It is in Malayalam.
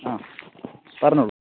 ആ പറഞ്ഞോളൂ